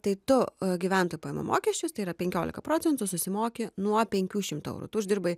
tai tu gyventojų pajamų mokesčius tai yra penkiolika procentų susimoki nuo penkių šimtų eurų tu uždirbai